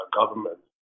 government